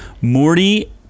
Morty